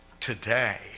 today